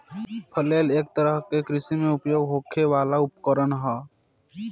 flail एक तरह के कृषि में उपयोग होखे वाला उपकरण ह